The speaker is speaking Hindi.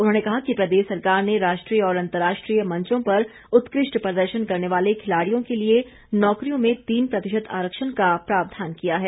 उन्होंने कहा कि प्रदेश सरकार ने राष्ट्रीय और अंतर्राष्ट्रीय मंचों पर उत्कृष्ट प्रदर्शन करने वाले खिलाड़ियों के लिए नौकरियों में तीन प्रतिशत आरक्षण का प्रावधान किया है